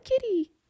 kitty